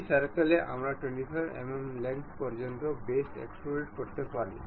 এই সার্কেলে আমরা 25 mm লেংথ পর্যন্ত বেস এক্সট্রুডেড করতে পারেন